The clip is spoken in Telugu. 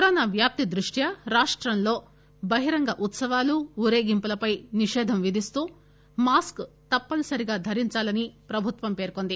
కరోనా వ్యాప్తి దృష్ట్యా రాష్టంలో బహిరంగ ఉత్సవాలు ఉరేగింపులపై నిషేధం విధిస్తూ మాస్క్ తప్పనిసరిగా ధరించాలని ప్రభుత్వం పేర్కొంది